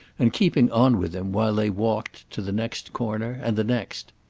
and keeping on with him, while they walked, to the next corner and the next.